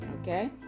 okay